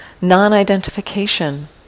non-identification